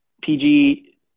PG